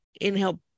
Inhale